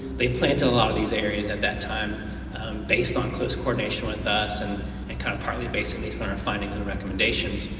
they planted a lot of these areas at that time based on close coordination with us and and kind of partly based on our findings and recommendations.